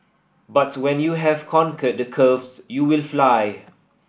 but when you have conquered the curves you will fly